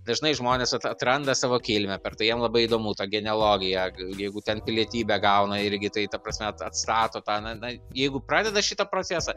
dažnai žmonės at atranda savo kilmę per tai jam labai įdomu ta genealogija jeigu ten pilietybę gauna irgi tai ta prasme at atstato tą na na jeigu pradeda šitą procesą